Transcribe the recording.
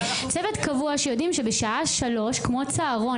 צוות קבוע שיודעים שבשעה 15:00 כמו צהרון,